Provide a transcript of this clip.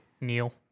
Neil